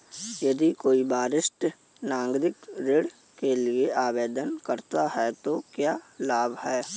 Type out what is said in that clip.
यदि कोई वरिष्ठ नागरिक ऋण के लिए आवेदन करता है तो क्या लाभ हैं?